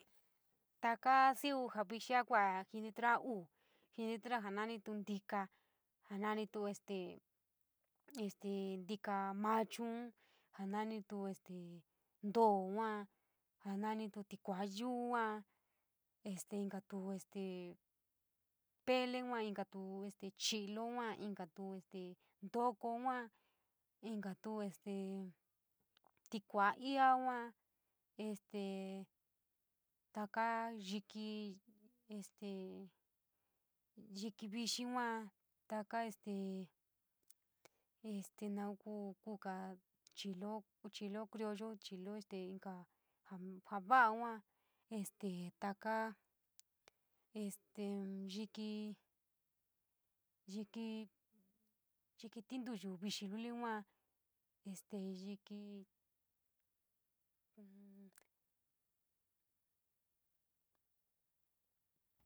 Taka xíví jaa vixi kua jinitra uu, jinitra jaá nanitu ntika, jananitu este este ntika machu, jaa nanitu este ntoo yua, jaa nanitu tikua yuu, este inkatu este pele yua, inkatu chi’ilo yua, inkatu ntiki yua, inkatu tikua iaa yua este taka yíkí este yikí vixii yua taka este este naun kuu kuuja chi’ilo, chi’ilo criollo, chi’ilo jaa va’a yua este taka este yíkí, yíkí, yíkí tínduyu vixii luli yua este yiki.